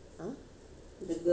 ya ya she's chinese lah